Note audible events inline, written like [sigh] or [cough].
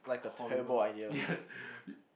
horrible [laughs] yes